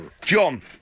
John